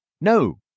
No